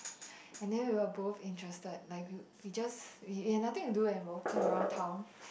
and then we were both interested like we we just we we had nothing to do and we were walking around town